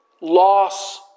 loss